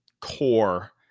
core